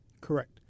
Correct